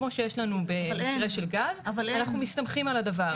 כמו שיש לנו במקרה של גז אנחנו מסתמכים על הדבר הזה.